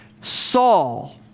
Saul